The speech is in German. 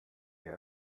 wer